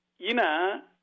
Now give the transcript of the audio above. Ina